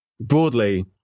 broadly